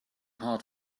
hard